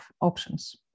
options